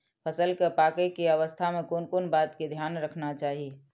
फसल के पाकैय के अवस्था में कोन कोन बात के ध्यान रखना चाही?